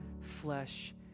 flesh